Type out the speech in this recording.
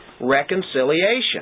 reconciliation